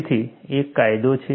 તેથી એક ફાયદો છે